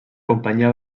companyia